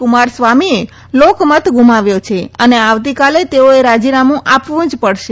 કુમારસ્વામીએ લોકમત ગુમાવ્યો છે અને આવતીકાલે તેઓએ રાજીનામું આપવું જ પડશે